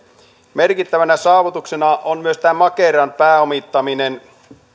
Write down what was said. merkittävänä saavutuksena on myös tämä makeran pääomittaminen